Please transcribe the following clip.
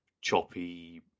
choppy